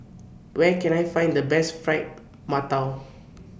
Where Can I Find The Best Fried mantou